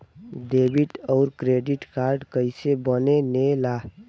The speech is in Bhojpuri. डेबिट और क्रेडिट कार्ड कईसे बने ने ला?